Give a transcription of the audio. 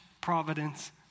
providence